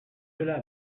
cela